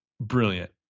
brilliant